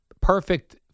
perfect